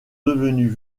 devenues